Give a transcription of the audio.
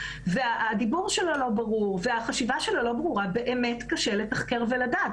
הדיבור שלו לא ברור והחשיבה שלו לא ברורה - באמת קשה לתחקר ולדעת.